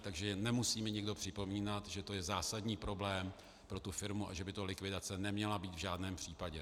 Takže nemusí mi nikdo připomínat, že to je zásadní problém pro tu firmu a že by to likvidace neměla být v žádném případě.